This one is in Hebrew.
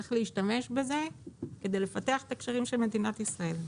צריך להשתמש בזה כדי לפתח את הקשרים של מדינת ישראל.